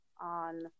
on